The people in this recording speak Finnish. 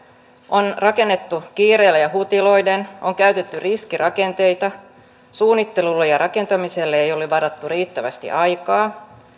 on rakennettu kiireellä ja hutiloiden on käytetty riskirakenteita suunnittelulle ja rakentamiselle ei ole varattu riittävästi aikaa